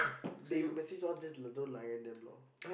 they message all just don't layan them lor